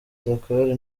dakar